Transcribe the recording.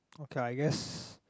okay I guess